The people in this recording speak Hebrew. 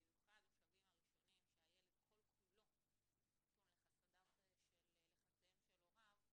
במיוחד בשלבים הראשונים כשהילד כל כולו נתון לחסדיהם של הוריו,